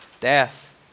death